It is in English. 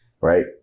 right